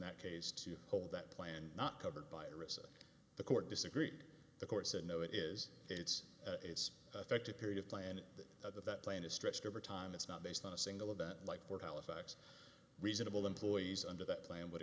that case to hold that plan not covered by a recess the court disagreed the court said no it is it's it's affected period of planning that plan is stretched over time it's not based on a single event like for halifax reasonable employees under that plan would